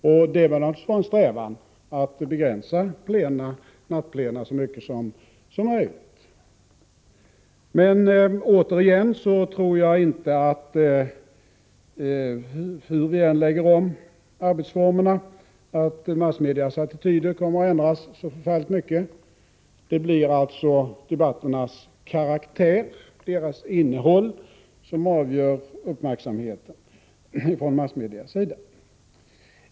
Och det bör väl vara en strävan att begränsa nattplena så mycket som möjligt. Men återigen — hur vi än lägger om arbetsformerna tror jag inte att massmedias attityder kommer att ändras särskilt mycket. Det blir alltså debatternas karaktär, deras innehåll, som avgör uppmärksamheten från massmedias sida.